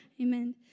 Amen